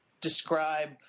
describe